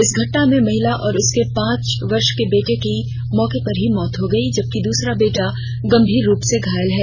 इस घटना में महिला और उसके पांच वर्ष के बेटे की मौके पर ही मौत हो गयी जबकि दूसरा बेटा गंभीर रूप से घायल है